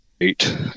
eight